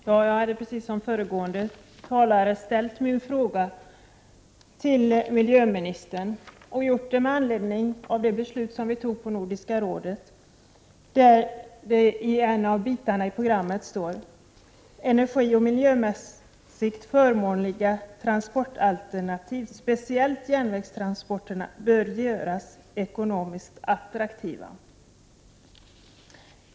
Fru talman! Liksom föregående talare hade jag ställt min fråga till miljöministern och gjort det med anledning av det beslut som vi tog i Nordiska rådet, där det på ett ställe i programmet står att energioch miljömässigt förmånliga transportalternativ, speciellt järnvägstransporterna, bör göras ekonomiskt attraktiva.